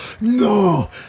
No